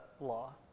law